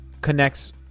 connects